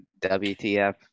Wtf